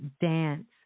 dance